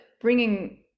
bringing